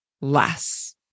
less